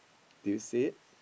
do you see it